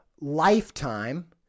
lifetime